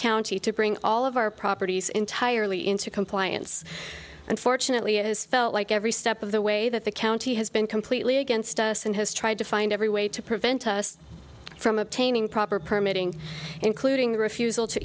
county to bring all of our properties entirely into compliance unfortunately it has felt like every step of the way that the county has been completely against us and has tried to find every way to prevent us from obtaining proper permitting including the refusal to